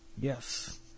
Yes